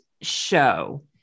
show